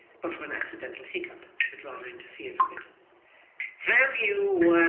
but for an accidental hiccup that rather interfered with it have you